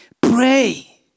Pray